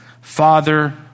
Father